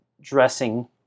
dressing